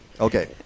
Okay